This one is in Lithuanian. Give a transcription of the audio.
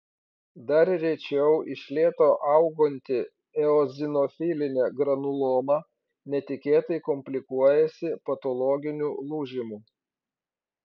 dar rečiau iš lėto auganti eozinofilinė granuloma netikėtai komplikuojasi patologiniu lūžimu